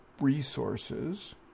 resources